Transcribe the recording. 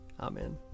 Amen